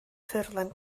ffurflen